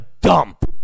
dump